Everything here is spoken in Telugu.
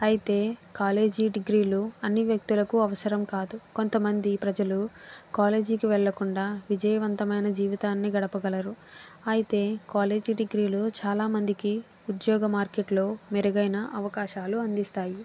అయితే కాలేజీ డిగ్రీలు అన్ని వ్యక్తులకు అవసరం కాదు కొంతమంది ప్రజలు కాలేజీకి వెళ్ళకుండా విజయవంతమైన జీవితాన్ని గడుపగలరు అయితే కాలేజీ డిగ్రీలు చాలా మందికి ఉద్యోగ మార్కెట్లో మెరుగైన అవకాశాలు అందిస్తాయి